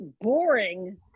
boring